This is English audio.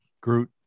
Groot